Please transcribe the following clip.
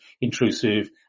intrusive